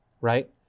right